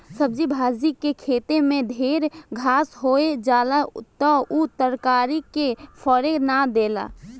सब्जी भाजी के खेते में ढेर घास होई जाला त उ तरकारी के फरे ना देला